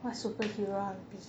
what superhero I'll be